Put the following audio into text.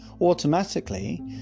automatically